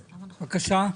בבקשה.